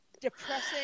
depressing